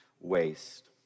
waste